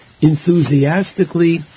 enthusiastically